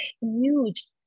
huge